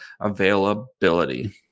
availability